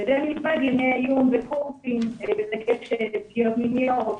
וזה מלבד ימי עיון וקורסים --- פגיעות מיניות,